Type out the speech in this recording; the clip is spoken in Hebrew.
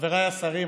חבריי השרים,